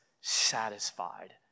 satisfied